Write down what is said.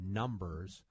numbers